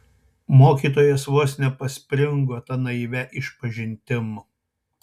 mokytojas vos nepaspringo ta naivia išpažintim